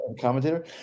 commentator